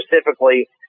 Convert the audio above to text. specifically